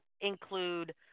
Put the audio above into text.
include